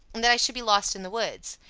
and that i should be lost in the woods.